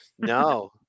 No